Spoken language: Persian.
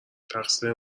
تقصیر